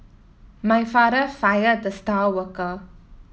my father fired the star worker